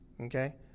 Okay